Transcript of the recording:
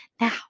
now